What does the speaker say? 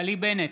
נפתלי בנט,